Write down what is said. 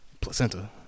placenta